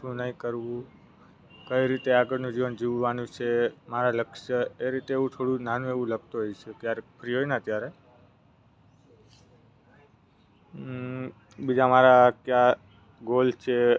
શું નહીં કરવું કઈ રીતે આગળનું જીવન જીવવાનું છે મારા લક્ષ્ય એ રીતે એવું થોડું નાનું એવું લખતો હોઉં છું ક્યારેક ફ્રી હોય ને ત્યારે બીજા મારા કયા ગોલ છે